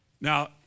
Now